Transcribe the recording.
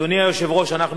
אדוני היושב-ראש, אנחנו,